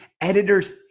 editor's